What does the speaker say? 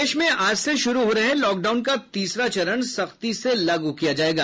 प्रदेश में आज से शुरू हो रहे लॉकडाउन का तीसरा चरण सख्ती से लागू किया जायेगा